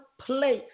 place